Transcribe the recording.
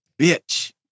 bitch